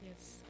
Yes